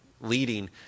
leading